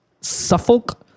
Suffolk